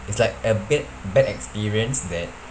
it's like a bit bad experience that